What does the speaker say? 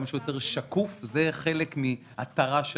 כמה שיותר שקוף כי זה חלק מהתר"ש שלנו,